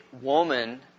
woman